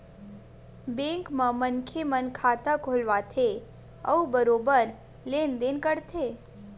bank म मनखे मन खाता खोलवाथे अउ बरोबर लेन देन करथे